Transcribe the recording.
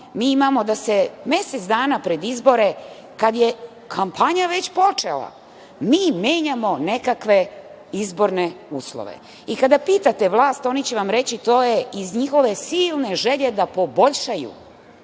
mi imamo da mesec dana pred izbore, kad je kampanja već počela, mi menjamo nekakve izborne uslove. I kada pitate vlast, oni će vam reći da je to iz njihove silne želje da poboljšaju